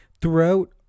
throughout